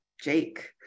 Jake